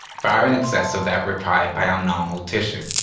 far in excess of that required by our normal tissue.